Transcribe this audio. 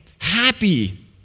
happy